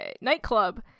nightclub